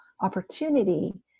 opportunity